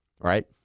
right